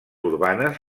urbanes